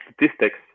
statistics